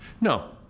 No